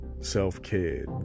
self-care